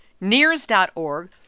nears.org